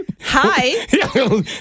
Hi